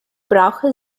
brauche